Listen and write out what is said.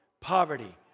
Poverty